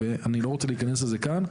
אני לא רוצה להיכנס לזה כאן,